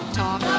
talk